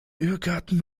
irrgarten